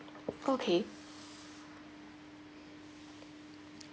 okay